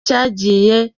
cyagiye